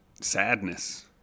sadness